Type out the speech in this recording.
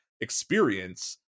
experience